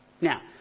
Now